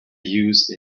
use